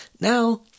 Now